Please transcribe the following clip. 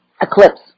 eclipse